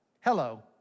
hello